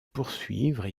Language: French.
poursuivre